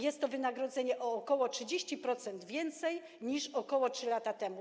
Jest to wynagrodzenie o ok. 30% wyższe niż ok. 3 lata temu.